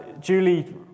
Julie